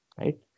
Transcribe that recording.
right